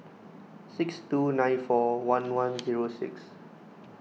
six two nine four one one zero six